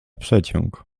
przeciąg